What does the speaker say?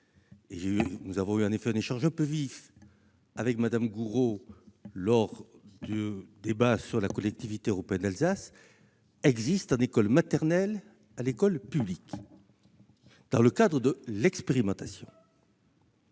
nous avons eu, en effet, un échange un peu tendu avec Mme Gourault lors du débat sur la collectivité européenne d'Alsace -existe à l'école maternelle publique, dans le cadre de l'expérimentation.